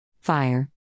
Fire